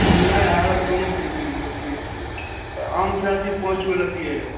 नहि आरो कोनो चीज नहि लैतिए आमके पाँच गो लैतिए रऽ